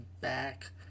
back